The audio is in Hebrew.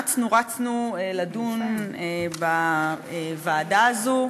אצנו רצנו לדון בוועדה הזאת.